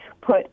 put